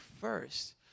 first